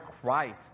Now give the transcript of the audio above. christ